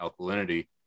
alkalinity